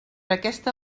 aquesta